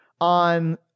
on